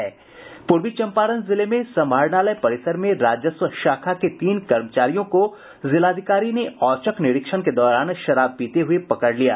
पूर्वी चंपारण जिले में समाहरणालय परिसर में राजस्व शाखा के तीन कर्मचारियों को जिलाधिकारी ने औचक निरीक्षण के दौरान शराब पीते हुए पकड़ लिया